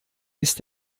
ist